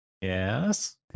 Yes